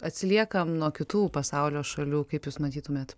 atsiliekam nuo kitų pasaulio šalių kaip jūs matytumėt